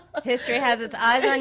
um history has its eyes on